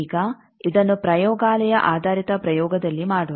ಈಗ ಇದನ್ನು ಪ್ರಯೋಗಾಲಯ ಆಧಾರಿತ ಪ್ರಯೋಗದಲ್ಲಿ ಮಾಡೋಣ